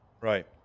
right